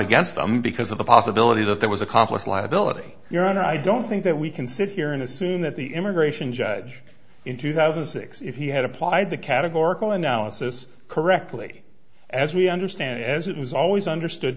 against them because of the possibility that there was accomplice liability your honor i don't think that we can sit here and assume that the immigration judge in two thousand and six if he had applied the categorical analysis correctly as we understand as it was always understood